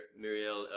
Muriel